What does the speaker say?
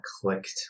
clicked